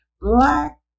Black